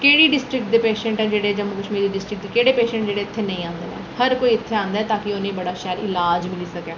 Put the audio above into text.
केह्ड़ी डिस्ट्रिक दे पेशेंट ऐ जेह्ड़े जम्मू कश्मीर डिस्ट्रिक दे केह्ड़े पेशेंट जेह्ड़े इत्थै निं औंदे न हर कोई इत्थै औंदा ऐ ता कि उ'नें ई बड़ा शैल लाज मिली सकै